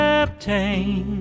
obtain